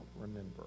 remember